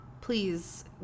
please